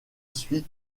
suit